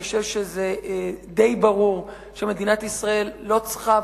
אני חושב שזה די ברור שמדינת ישראל לא צריכה,